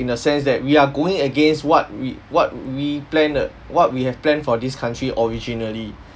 in a sense that we are going against what we what we plan err what we have planned for this country originally